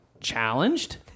challenged